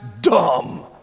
dumb